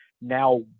now